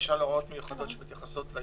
הוראות מיוחדות שמתייחסות לעיתונות,